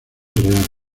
real